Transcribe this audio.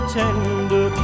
tender